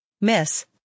Miss